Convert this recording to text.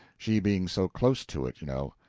she being so close to it, you know.